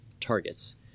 targets